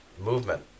movement